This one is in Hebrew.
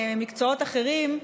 מקצועות אחרים,